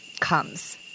comes